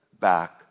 back